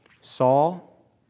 Saul